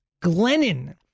Glennon